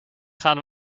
gaan